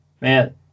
man